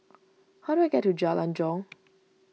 how do I get to Jalan Jong